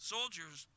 Soldiers